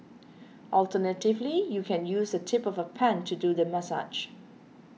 alternatively you can use the tip of a pen to do the massage